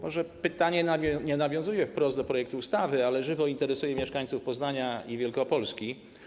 Może pytanie nie nawiązuje wprost do projektu ustawy, ale żywo interesuje mieszkańców Poznania i Wielkopolski.